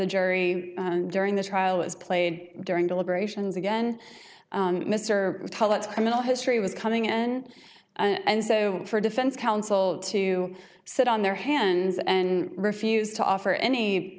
the jury and during this trial was played during deliberations again mr patel it's criminal history was coming in and so for defense counsel to sit on their hands and refuse to offer any